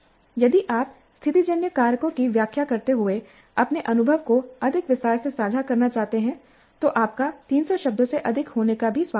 यदि आप स्थितिजन्य कारकों की व्याख्या करते हुए अपने अनुभव को अधिक विस्तार से साझा करना चाहते हैं तो आपका ३०० शब्दों से अधिक होने का भी स्वागत है